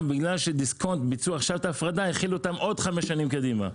בגלל שדיסקונט ביצעו עכשיו את ההפרדה החילו אותן עוד חמש שנים קדימה.